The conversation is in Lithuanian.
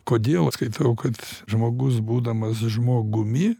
kodėl skaitau kad žmogus būdamas žmogumi